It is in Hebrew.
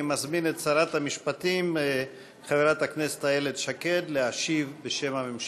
אני מזמין את שרת המשפטים וחברת הכנסת איילת שקד להשיב בשם הממשלה.